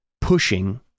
pushing